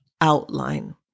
outline